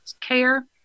care